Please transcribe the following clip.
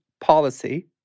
policy